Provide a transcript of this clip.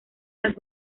las